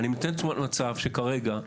אני נותן תמונת מצב, שכרגע,